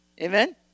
Amen